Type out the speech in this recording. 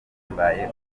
mbaye